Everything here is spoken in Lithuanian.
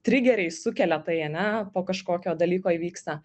trigeriai sukelia tai ane po kažkokio dalyko įvyksta